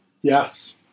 Yes